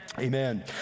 Amen